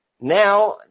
Now